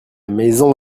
maison